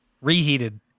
reheated